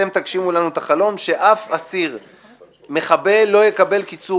כל עוד תגשימו לנו את החלום שאף מחבל לא יקבל קיצור